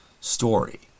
Story